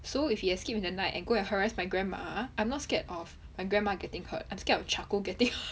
so if he escaped in the night and go and harass my grandma I'm not scared of my grandma getting hurt I'm scared of charcoal getting hurt